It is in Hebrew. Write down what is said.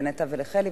לנטע ולחלי,